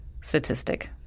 statistic